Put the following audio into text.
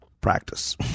practice